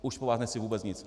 Už po vás nechci vůbec nic.